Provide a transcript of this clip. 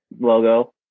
logo